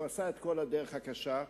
הוא עשה את כל הדרך הקשה,